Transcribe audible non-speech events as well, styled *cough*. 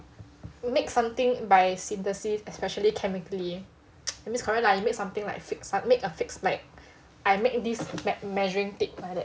to make something by synthesis especially chemically *noise* means correct lah it means something like fixed lah like I make this measuring tape like that ah